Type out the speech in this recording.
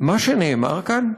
מה שנאמר כאן?